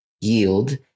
yield